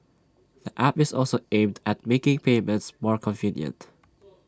the app is also aimed at making payments more convenient